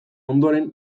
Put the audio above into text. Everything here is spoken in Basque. ondoren